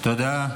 תודה.